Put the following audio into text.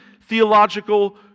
theological